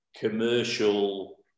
commercial